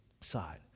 side